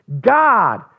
God